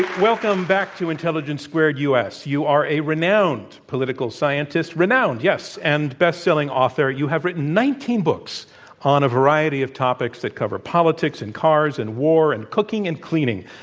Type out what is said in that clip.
welcome back to intelligence squared u. s. you are a renowned political scientist, renowned, yes, and best-selling author. you have written nineteen books on a variety of topic that's cover politics and cars and war and cooking and cleaning.